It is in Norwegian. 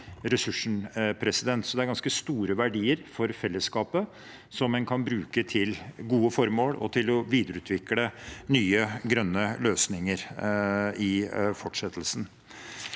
er det ganske store verdier som en kan bruke til gode formål og til å videreutvikle nye grønne løsninger i fortsettelsen.